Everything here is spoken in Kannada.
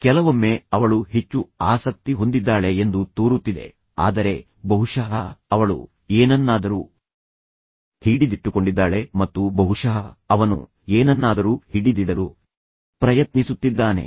ಕೆಲವೊಮ್ಮೆ ಅವಳು ಹೆಚ್ಚು ಆಸಕ್ತಿ ಹೊಂದಿದ್ದಾಳೆ ಎಂದು ತೋರುತ್ತಿದೆ ಆದರೆ ಬಹುಶಃ ಅವಳು ಏನನ್ನಾದರೂ ಹಿಡಿದಿಟ್ಟುಕೊಂಡಿದ್ದಾಳೆ ಮತ್ತು ಬಹುಶಃ ಅವನು ಏನನ್ನಾದರೂ ಹಿಡಿದಿಡಲು ಪ್ರಯತ್ನಿಸುತ್ತಿದ್ದಾನೆ